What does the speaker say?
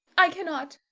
i cannot.